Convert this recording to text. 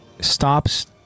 stops